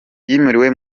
yimuriwe